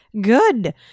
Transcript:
good